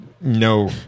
no